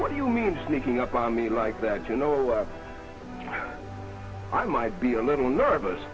what you mean sneaking up on me like that you know i might be a little nervous